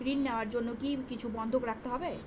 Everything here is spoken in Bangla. ঋণ নেওয়ার জন্য কি কিছু বন্ধক রাখতে হবে?